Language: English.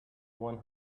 one